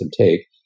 take